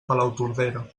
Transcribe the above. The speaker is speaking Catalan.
palautordera